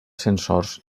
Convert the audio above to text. censors